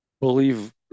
believe